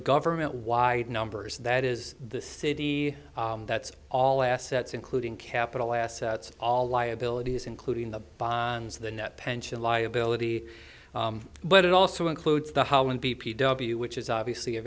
government wide numbers that is the city that's all assets including capital assets all liabilities including the bonds the net pension liability but it also includes the hauen b p w which is obviously a